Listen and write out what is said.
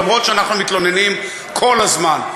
אומנם אנחנו מתלוננים כל הזמן,